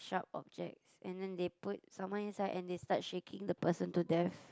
sharp objects and then they put someone inside and they start shaking the person to death